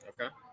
Okay